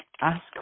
ask